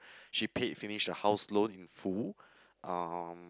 she paid finish her house loan in full um